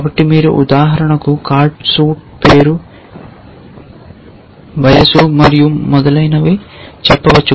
కాబట్టి మీరు ఉదాహరణకు కార్డ్ సూట్ పేరు వయస్సు మరియు మొదలైనవి చెప్పవచ్చు